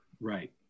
right